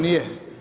Nije.